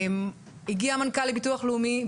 הגיע המנכ"ל לביטוח לאומי,